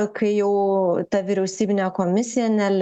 kai jau ta vyriausybinė komisija neleido